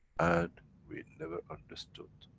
and we never understood,